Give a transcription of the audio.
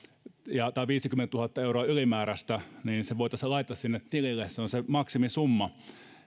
tai viisikymmentätuhatta euroa ylimääräistä niin se voitaisiin laittaa sinne tilille se on se maksimisumma